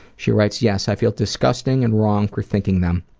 she writes, yes. i feel disgusting and wrong for thinking them.